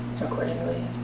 accordingly